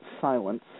silence